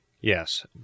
yes